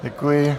Děkuji.